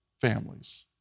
families